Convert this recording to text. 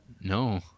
No